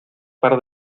par